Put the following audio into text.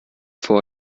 vor